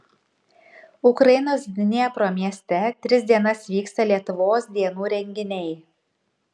ukrainos dniepro mieste tris dienas vyksta lietuvos dienų renginiai